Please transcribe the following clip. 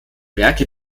werke